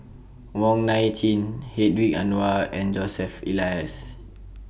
Wong Nai Chin Hedwig Anuar and Joseph Elias